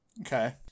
Okay